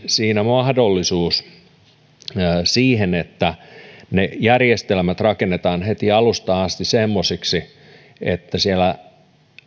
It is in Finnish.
siinä mahdollisuuden siihen että ne järjestelmät rakennetaan heti alusta asti semmoisiksi että siellä